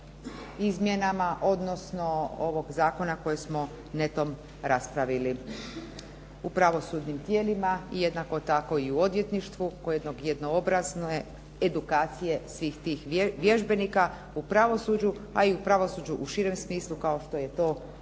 u pravosudnim tijelima i jednako tako i u odvjetništvu kod jednoobrazne edukacije svih tih vježbenika u pravosuđu a i u pravosuđu u širem smislu kao što je to javno